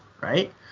right